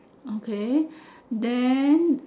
okay then